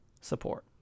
support